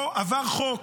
פה עבר חוק,